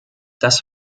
das